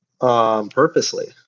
Purposely